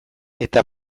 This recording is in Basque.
eta